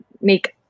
make